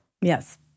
Yes